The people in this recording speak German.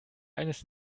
eines